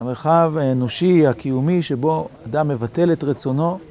המרחב האנושי הקיומי שבו אדם מבטל את רצונו